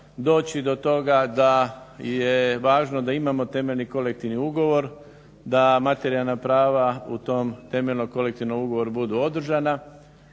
doći do toga da je važno da imamo temeljni kolektivni ugovor, da materijalna prava u tom temeljnom kolektivnom ugovoru budu održana